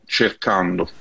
cercando